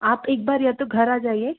आप एक बार या तो घर आ जाइए